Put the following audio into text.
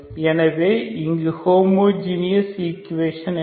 எனவே இங்கு homogeneous equation என்ன